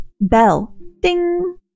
Bell-ding